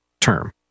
term